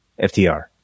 FTR